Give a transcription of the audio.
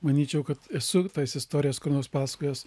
manyčiau kad esu tas istorijas ką nors pasakojęs